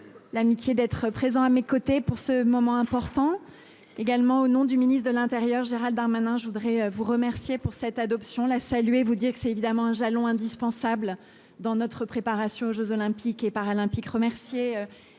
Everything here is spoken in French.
L'amitié d'être présent à mes côtés pour ce moment important également au nom du ministre de l'Intérieur Gérald Darmanin. Je voudrais vous remercier pour cette adoption la saluer, vous dire que c'est évidemment un jalon indispensable dans notre préparation aux Jeux olympiques et paralympiques